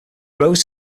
rose